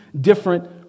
different